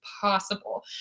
possible